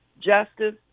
justice